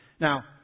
Now